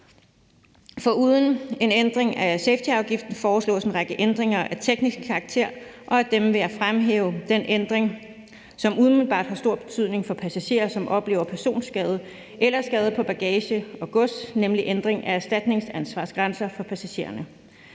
Foruden en ændring af safetyafgiften foreslås en række ændringer af teknisk karakter, og af dem vil jeg fremhæve den ændring, som umiddelbart har stor betydning for passagerer, som oplever en personskade eller skade på bagage og gods, nemlig en ændring af erstatningsansvarsgrænserne for passagererne.